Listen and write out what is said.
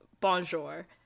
bonjour